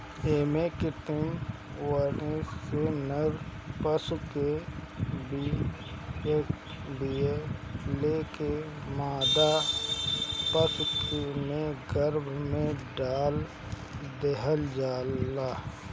एमे कृत्रिम वीर्य से नर पशु के वीर्य लेके मादा पशु के गर्भ में डाल देहल जाला